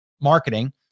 marketing